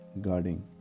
guarding